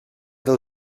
del